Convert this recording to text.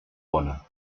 bona